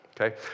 Okay